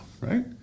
right